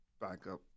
backup